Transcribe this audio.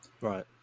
Right